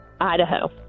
Idaho